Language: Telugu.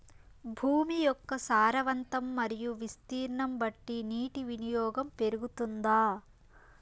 భూమి యొక్క సారవంతం మరియు విస్తీర్ణం బట్టి నీటి వినియోగం పెరుగుతుందా?